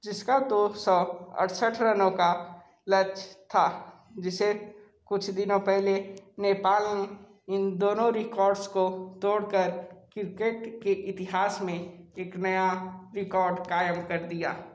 जिसका दो सौ अड़सठ रनों का लक्ष्य था जिसे कुछ दिनों पहले नेपाल इन दोनों रिकॉर्ड्स को तोड़ कर क्रिकेट के इतिहास में इक नया रिकॉर्ड क़ायम कर दिया